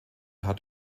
hat